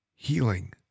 healing